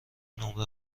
نمره